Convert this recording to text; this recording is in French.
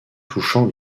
touchant